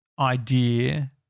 idea